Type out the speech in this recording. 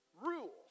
rule